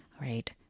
right